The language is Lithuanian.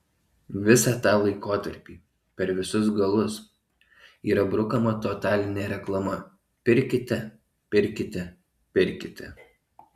visą tą laikotarpį per visus galus yra brukama totalinė reklama pirkite pirkite pirkite